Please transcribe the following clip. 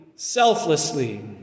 Selflessly